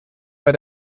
bei